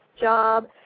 job